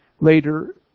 later